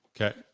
Okay